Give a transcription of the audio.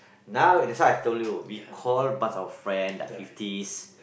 now that's why I told we call a bunch of friends that are fifties